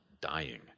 dying